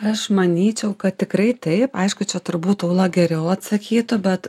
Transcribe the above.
aš manyčiau kad tikrai taip aišku čia turbūt ūla geriau atsakytų bet